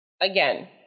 Again